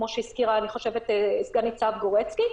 כמו שאני חושבת שהזכירה סגן-ניצב גורצקי.